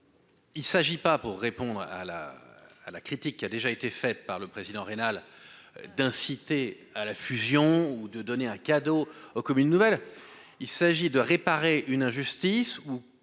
Il s'agit pas pour répondre à la à la critique, qui a déjà été faite par le président rénale d'inciter à la fusion ou de donner un cadeau aux comme une nouvelle, il s'agit de réparer une injustice, ou,